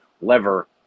lever